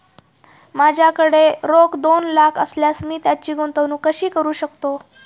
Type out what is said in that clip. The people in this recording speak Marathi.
माझ्याकडे रोख दोन लाख असल्यास मी त्याची गुंतवणूक कशी करू शकतो?